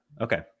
Okay